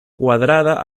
cuadrada